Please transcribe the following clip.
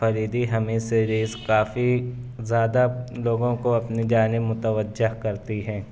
Faridi Hamid series کافی زیادہ لوگوں کو اپنی جانب متوجہ کرتی ہیں